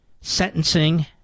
sentencing